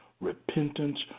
Repentance